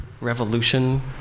revolution